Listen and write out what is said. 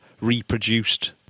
reproduced